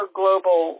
global